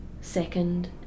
second